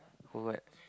for what